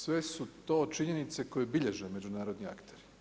Sve su to činjenice koje bilježe međunarodni aktori.